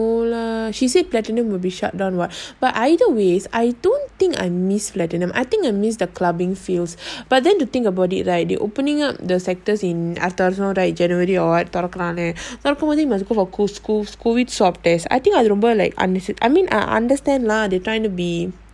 no lah she said platinum will be shutdown what but either ways I don't think I miss platinum I think I miss the clubbing feels but then to think about it right they opening up the sectors in january or what பொறக்குனாலே:porakunale CO~ COVID swab test I think I remember like I mean ah understand lah they trying to be